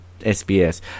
SBS